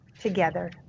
together